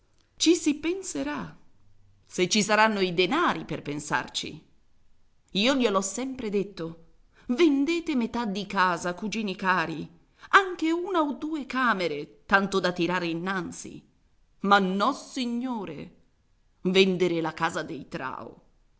ci si penserà se ci saranno i denari per pensarci io gliel'ho sempre detto vendete metà di casa cugini cari anche una o due camere tanto da tirare innanzi ma nossignore vendere la casa dei